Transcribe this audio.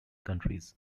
countries